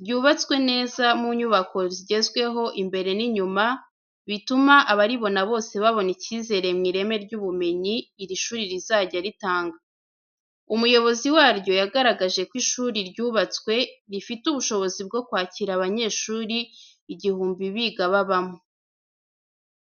ryubatswe neza mu nyubako zigezweho imbere n’inyuma, bituma abaribona bose babona icyizere mu ireme ry’ubumenyi iri shuri rizajya ritanga. Umuyobozi waryo yagaragaje ko ishuri ryubatswe, rifite ubushobozi bwo kwakira abanyeshuri igihumbi biga babamo.